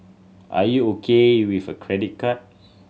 are you okay with a credit card